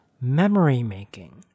memory-making